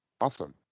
Awesome